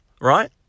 right